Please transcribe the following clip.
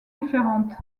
différentes